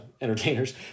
entertainers